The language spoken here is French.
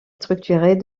structurée